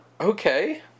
Okay